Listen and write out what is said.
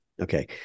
Okay